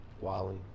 Wally